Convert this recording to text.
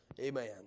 amen